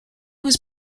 was